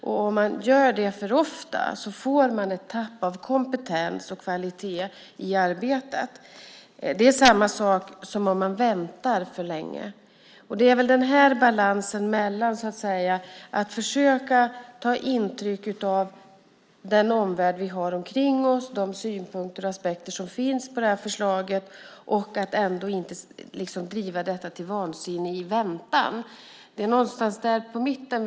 Om man gör det för ofta förlorar man kompetens och kvalitet i arbetet. Samma sak gäller om man väntar för länge. Det gäller att ha en balans mellan att försöka ta intryck av den omvärld vi har runt oss, de synpunkter och aspekter som finns på förslaget, och ändå inte driva frågan till vansinne under tiden.